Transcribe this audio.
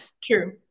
True